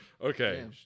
Okay